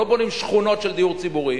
אנחנו לא בונים שכונות של דיור ציבורי.